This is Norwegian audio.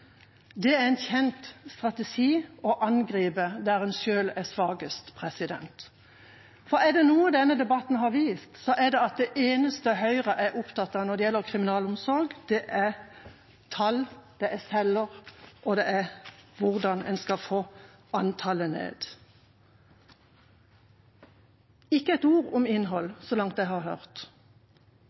Det er en kjent strategi å angripe der en selv er svakest: Er det noe denne debatten har vist, er det at det eneste Høyre er opptatt av når det gjelder kriminalomsorg, er tall, celler og hvordan en skal få antallet ned – ikke et ord om innhold, så langt jeg har hørt.